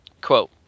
quote